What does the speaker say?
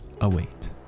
await